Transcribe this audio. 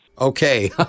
Okay